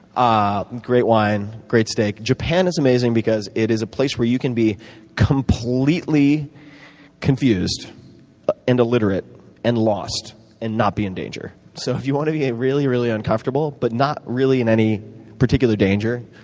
ah great wine, great steak. japan is amazing because it is a place where you can be completely confused and illiterate and lost and not be in danger. so if you want to be really really uncomfortable but not really in any particular danger,